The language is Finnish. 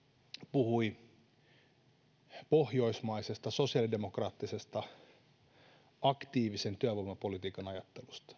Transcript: puhui pohjoismaisesta sosiaalidemokraattisesta aktiivisen työvoimapolitiikan ajattelusta